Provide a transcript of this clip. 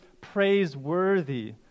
praiseworthy